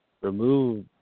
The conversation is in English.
remove